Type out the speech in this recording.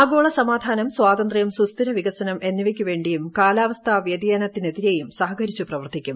ആഗോള സമാധാനം സ്വാതന്ത്യം സുസ്ഥിര വികസനം എന്നിവയ്ക്കു വേണ്ടിയും കാലാവസ്ഥാ വൃതിയാനത്തിനെതിരെയും സഹകരിച്ചു പ്രവർത്തിക്കും